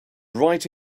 right